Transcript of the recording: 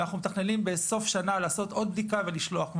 ואנחנו מתכננים בסוף השנה לעשות עוד בדיקה ולשלוח.